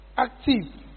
active